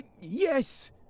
Yes